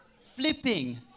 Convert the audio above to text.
flipping